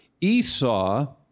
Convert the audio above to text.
Esau